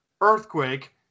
earthquake